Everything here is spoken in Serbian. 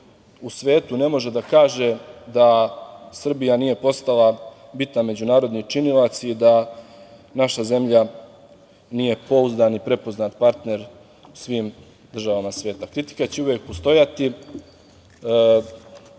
u svetu ne može da kaže da Srbija nije postala bitan međunarodni činilac i da naša zemlja nije pouzdan i prepoznat partner svim državama sveta. Kritika će uvek postojati.